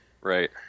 Right